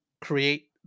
create